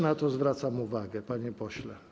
Na to też zwracam uwagę, panie pośle.